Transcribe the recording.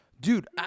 Dude